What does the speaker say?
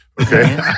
Okay